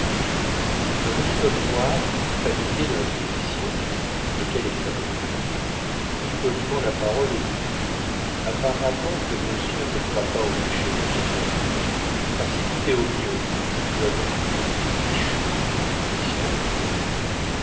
un petit homme noir familier de l'inquisition lequel était à côté de lui prit poliment la parole et dit apparemment que monsieur ne croit pas au péché originel car si tout est au mieux il n'y a donc eu ni chute ni punition